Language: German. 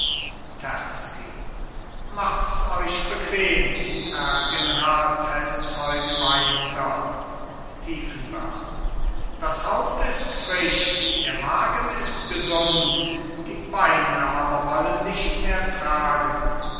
machts euch bequem herr generalfeldzeugmeister tiefenbach das haupt ist frisch der magen ist gesund die beine aber wollen nicht mehr tragen